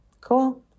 cool